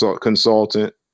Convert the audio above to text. consultant